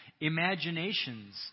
imaginations